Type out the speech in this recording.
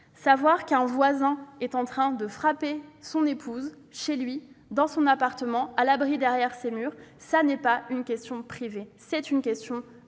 Quand un voisin est en train de frapper son épouse, chez lui, dans son appartement, à l'abri derrière ses murs, ce n'est pas une affaire privée, c'est une question de